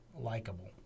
likable